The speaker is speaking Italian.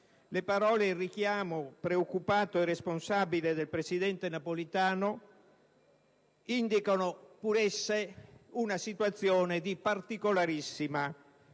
Le parole e il richiamo preoccupato e responsabile del presidente Napolitano indicano pur esse una situazione di particolarissima